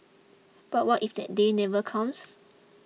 but what if that day never comes